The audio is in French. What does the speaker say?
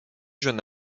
jeune